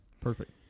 Perfect